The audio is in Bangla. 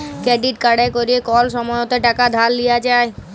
কেরডিট কাড়ে ক্যরে কল সময়তে টাকা ধার লিয়া যায়